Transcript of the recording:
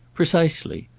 precisely.